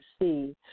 see